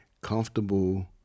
Comfortable